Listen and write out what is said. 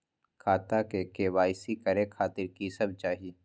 खाता के के.वाई.सी करे खातिर की सब चाही?